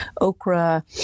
okra